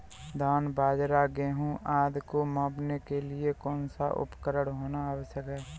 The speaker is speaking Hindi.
धान बाजरा गेहूँ आदि को मापने के लिए कौन सा उपकरण होना आवश्यक है?